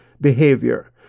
behavior